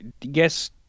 yes